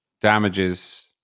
damages